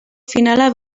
finala